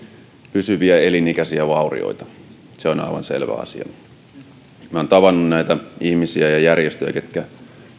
pysyviä elin ikäisiä vaurioita se on aivan selvä asia olen tavannut näitä ihmisiä ja myös järjestöjä ketkä